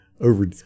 over